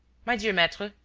my dear maitre,